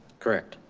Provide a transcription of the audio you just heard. correct.